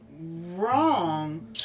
wrong